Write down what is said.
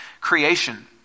creation